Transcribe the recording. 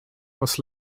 was